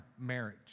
marriage